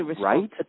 right